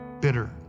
bitter